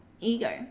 ego